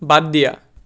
বাদ দিয়া